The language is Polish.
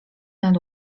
nad